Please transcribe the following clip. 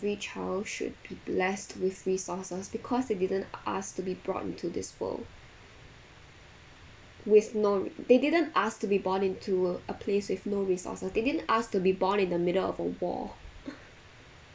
every child should be blessed with resources because they didn't ask to be brought into this world with no they didn't ask to be born into a place with no resources they didn't ask to be born in the middle of a war